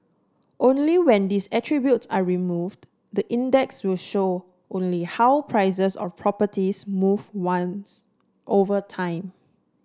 only when these attributes are removed the index will show only how prices of properties move once over time